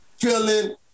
feeling